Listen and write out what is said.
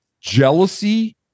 jealousy